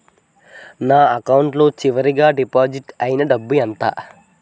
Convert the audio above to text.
నా అకౌంట్ లో చివరిగా డిపాజిట్ ఐనా డబ్బు ఎంత?